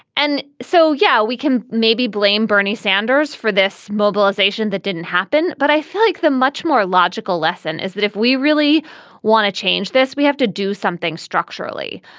and so, so, yeah, we can maybe blame bernie sanders for this mobilization. that didn't happen. but i feel like the much more logical lesson is that if we really want to change this, we have to do something structurally.